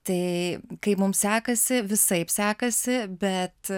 tai kaip mum sekasi visaip sekasi bet